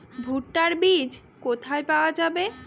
ভুট্টার বিজ কোথায় পাওয়া যাবে?